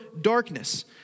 darkness